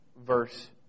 verse